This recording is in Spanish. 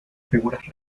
figuras